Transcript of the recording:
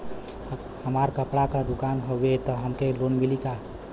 हमार कपड़ा क दुकान हउवे त हमके लोन मिली का?